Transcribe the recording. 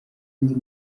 nzi